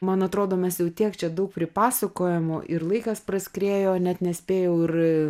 man atrodo mes jau tiek čia daug pripasakojamų ir laikas praskriejo net nespėjau ir